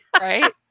right